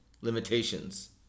limitations